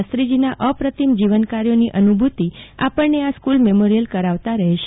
શાસ્ત્રીજીના અપ્રતિમ જીવન કાર્યોની અનુભૂતિ આપણને આ સ્કુલ મેમોરિયલ કરાવતા રહેશે